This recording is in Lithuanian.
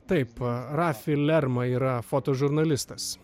taip rafi lerma yra fotožurnalistas